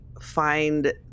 find